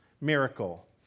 miracle